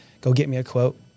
go-get-me-a-quote